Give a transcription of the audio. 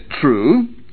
true